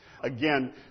Again